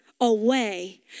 away